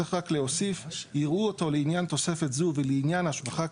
צריך רק להוסיף: "יראו אותו לעניין תוספת זו ולעניין השבחה,